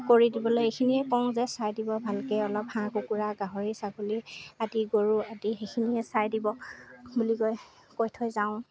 কৰি দিবলৈ এইখিনিয়ে কওঁ যে চাই দিব ভালকৈ অলপ হাঁহ কুকুৰা গাহৰি ছাগলী আদি গৰু আদি সেইখিনিয়ে চাই দিব বুলি কৈ কৈ থৈ যাওঁ